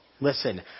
Listen